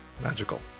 Magical